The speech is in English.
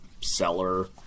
seller